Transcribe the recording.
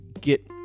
get